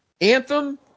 Anthem